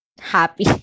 Happy